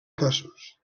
casos